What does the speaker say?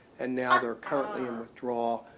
and now they're currently in withdrawal.